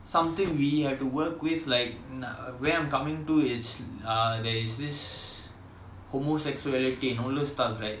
something we have to work with like where I'm coming to it's uh there is this homosexuality in all those stuff like